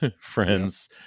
friends